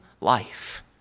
life